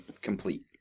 complete